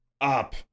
Up